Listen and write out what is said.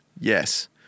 Yes